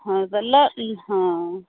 हँ तऽ लऽ हँ